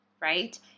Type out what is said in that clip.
right